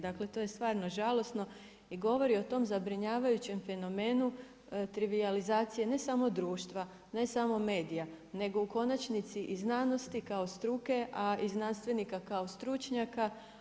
Dakle, to je stvarno žalosno i govori o tom zabrinjavajućem fenomenu trivijalizacije ne samo društva, ne samo medija nego u konačnici i znanosti kao struke, a i znanstvenika kao stručnjaka.